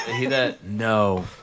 No